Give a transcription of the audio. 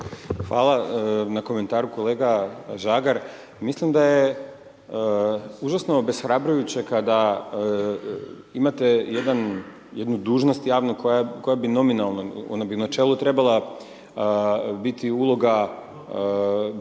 Hvala na komentaru, kolega Žagar. Mislim da je užasno obeshrabrujuće kada imate jednu dužnost javnu koja bi nominalno, koja bi u načelu trebala biti uloga borca